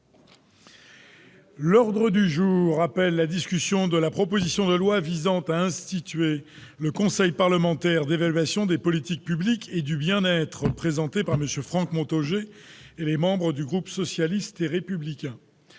groupe socialiste et républicain, de la proposition de loi visant à instituer le Conseil parlementaire d'évaluation des politiques publiques et du bien-être, présentée par M. Franck Montaugé et les membres du groupe socialiste et républicain